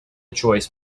choice